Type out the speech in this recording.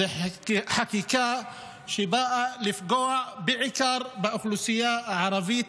זו חקיקה שבאה לפגוע בעיקר באוכלוסייה הערבית,